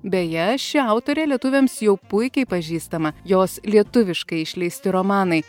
beje ši autorė lietuviams jau puikiai pažįstama jos lietuviškai išleisti romanai